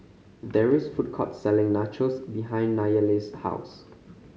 there's a food court selling Nachos behind Nayeli's house